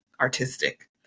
artistic